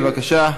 בבקשה.